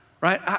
right